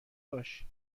باش